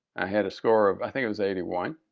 i had a score of i think it was eighty one